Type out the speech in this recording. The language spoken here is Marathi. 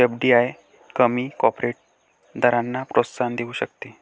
एफ.डी.आय कमी कॉर्पोरेट दरांना प्रोत्साहन देऊ शकते